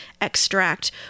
extract